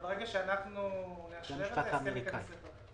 ברגע שאנחנו נאשר את זה, זה ייכנס לתוקף.